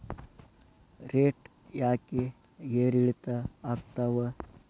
Rate ಯಾಕೆ ಏರಿಳಿತ ಆಗ್ತಾವ?